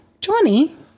Johnny